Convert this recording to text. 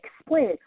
explain